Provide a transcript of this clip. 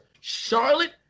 Charlotte